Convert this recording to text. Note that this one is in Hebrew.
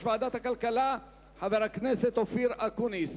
ועדת הכלכלה חבר הכנסת אופיר אקוניס.